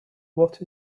what